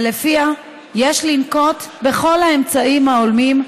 ולפיה יש לנקוט את כל האמצעים ההולמים,